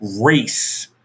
race